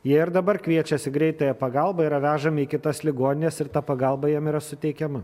jie ir dabar kviečiasi greitąją pagalbą yra vežami į kitas ligonines ir ta pagalba jiem yra suteikiama